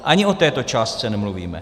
Ani o této částce nemluvíme.